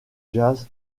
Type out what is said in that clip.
jazz